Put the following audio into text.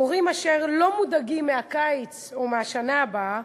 מורים אשר לא מודאגים מהקיץ או מהשנה הבאה,